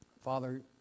Father